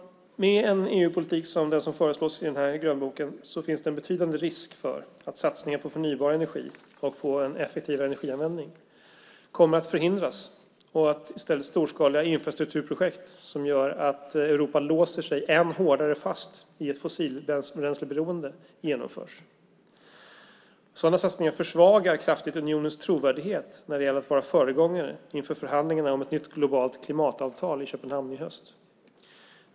Med en EU-politik som den som föreslås i den här grönboken är risken betydande att satsningen på förnybar energi och på en effektivare energianvändning förhindras och att i stället storskaliga infrastrukturprojekt genomförs som gör att Europa ännu hårdare låser sig fast i ett fossilbränsleberoende. Sådana satsningar försvagar kraftigt unionens trovärdighet när det gäller att vara föregångare inför förhandlingarna om ett nytt globalt klimatavtal till hösten i Köpenhamn.